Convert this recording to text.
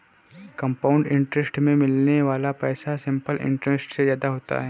compound interest में मिलने वाला पैसा सिंपल इंटरेस्ट से ज्यादा होता है